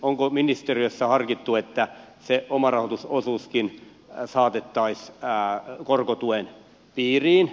onko ministeriössä harkittu että omarahoitusosuuskin saatettaisiin korkotuen piiriin